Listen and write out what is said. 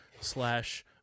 slash